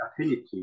affinity